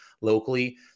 locally